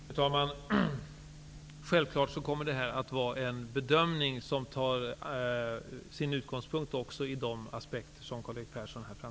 Fru talman! Självfallet kommer denna bedömning att ske med utgångspunkt också i de aspekter som